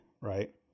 Right